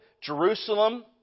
Jerusalem